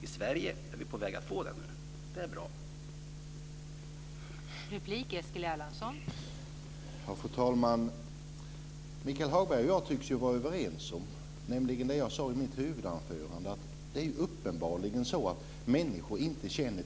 I Sverige är vi på väg att få en sådan politik, och det är bra.